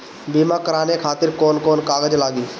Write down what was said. बीमा कराने खातिर कौन कौन कागज लागी?